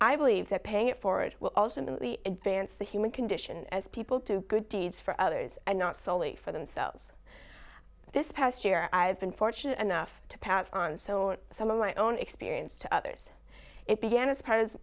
i believe that paying it forward will ultimately advance the human condition as people do good deeds for others and not soley for themselves this past year i've been fortunate enough to pass on so some of my own experience to others it began as part of